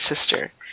sister